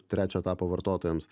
trečio etapo vartotojams